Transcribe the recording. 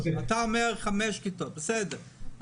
אתה אומר חמש כיתות בסדר.